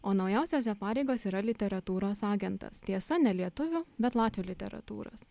o naujausios jo pareigos yra literatūros agentas tiesa ne lietuvių bet latvių literatūros